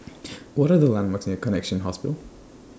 What Are The landmarks near Connexion Hospital